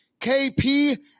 KP